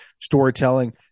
storytelling